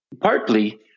partly